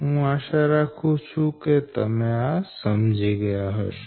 હું આશા રાખું છું કે તમે આ સમજી ગયા હશો